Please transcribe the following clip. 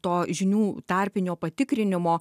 to žinių tarpinio patikrinimo